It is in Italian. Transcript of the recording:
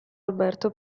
alberto